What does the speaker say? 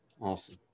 awesome